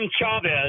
chavez